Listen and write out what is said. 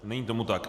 Není tomu tak.